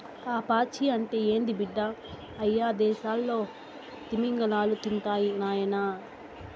ఆ పాచి అంటే ఏంది బిడ్డ, అయ్యదేసాల్లో తిమింగలాలు తింటాయి నాయనా